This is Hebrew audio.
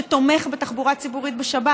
שתומך בתחבורה ציבורית בשבת?